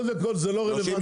קודם כל זה לא רלוונטי,